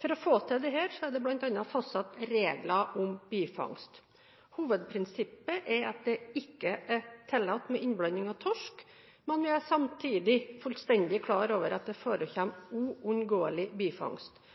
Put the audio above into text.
For å få til dette er det bl.a. fastsatt regler om bifangst. Hovedprinsippet er at det ikke er tillatt med innblanding av torsk, men vi er samtidig fullstendig klar over at det forekommer uunngåelig bifangst.